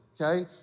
Okay